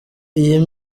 iyi